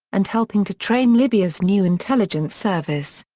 and helping to train libya's new intelligence service.